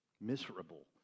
miserable